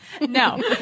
No